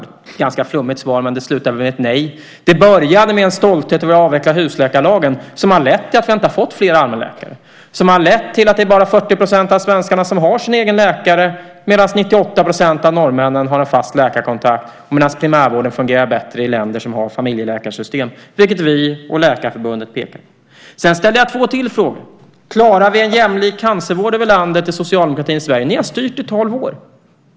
Det var ett ganska flummigt svar, men det slutade väl med ett nej. Det började med en stolthet över avvecklandet av husläkarlagen, vilket har lett till att vi inte har fått fler allmänläkare. Det har lett till att det bara är 40 % av svenskarna som har en egen läkare, medan 98 % av norrmännen har en fast läkarkontakt. Primärvården fungerar bättre i länder som har ett familjeläkarsystem, vilket vi och Läkarförbundet pekar på. Jag ställde två frågor till. Klarar vi en jämlik cancervård över landet i socialdemokratins Sverige? Ni har styrt i tolv år.